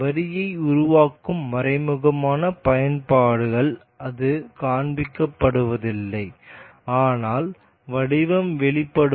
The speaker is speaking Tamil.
வரியை உருவாக்கும் மறைமுகமான பயன்பாடுகள் அது காண்பிக்கப்படுவதில்லை ஆனால் வடிவம் வெளிப்படும்